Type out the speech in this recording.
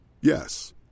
Yes